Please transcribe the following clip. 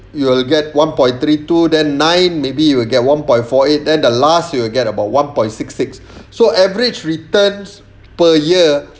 you will get one point three two then ninth maybe you will get one point four eight then the last you will get about one point six six so average returns per year